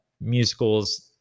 musicals